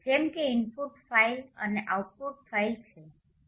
જેમ કે input file અને આઉટપુટ ફાઇલ parallel